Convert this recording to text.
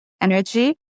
energy